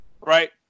right